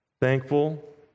Thankful